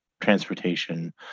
transportation